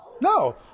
No